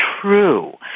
true